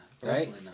Right